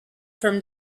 from